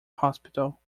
hospital